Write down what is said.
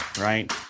Right